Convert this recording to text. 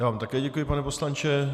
Já vám také děkuji, pane poslanče.